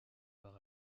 par